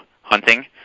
hunting